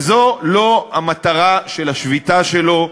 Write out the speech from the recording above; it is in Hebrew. וזו לא המטרה של השביתה שלו,